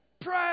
Pray